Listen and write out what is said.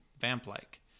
vamp-like